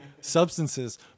substances